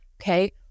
okay